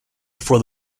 for